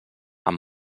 amb